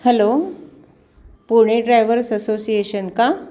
hello Pune drivers association का